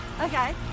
Okay